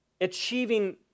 achieving